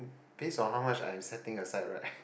based on how much I'm setting aside right